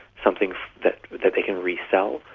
something that that they can resell,